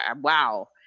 wow